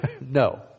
No